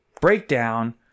breakdown